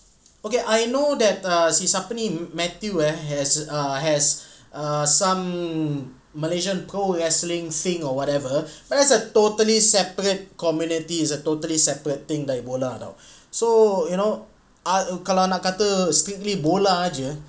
okay I know that err see siapa ni matthew eh has uh has uh some malaysian cold wrestling thing or whatever there's a totally separate community it's a totally separate thing dari bola [tau] so you know ah oh kalau nak kata streaming bola jer